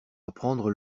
apprendre